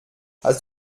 hast